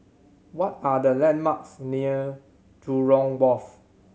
what are the landmarks near Jurong Wharf